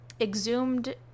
exhumed